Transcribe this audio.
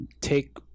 take